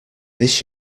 this